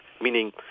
meaning